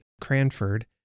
Cranford